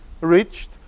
reached